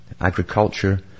agriculture